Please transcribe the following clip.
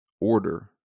order